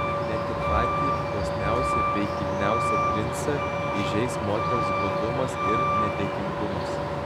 net ir patį dosniausią bei kilniausią princą įžeis moters godumas ir nedėkingumas